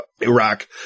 Iraq